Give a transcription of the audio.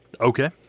Okay